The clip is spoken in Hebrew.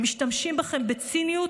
הם משתמשים בכם בציניות,